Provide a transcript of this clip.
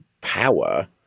power